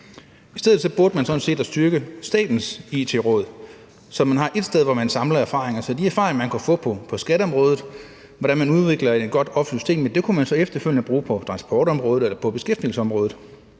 I stedet burde man sådan set styrke Statens It-råd, så man har ét sted, hvor man samler erfaringer, så de erfaringer, man kunne få på skatteområdet om, hvordan man udvikler et godt offentligt system, kunne man så efterfølgende bruge på transportområdet eller på beskæftigelsesområdet.